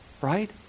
right